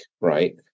right